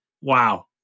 wow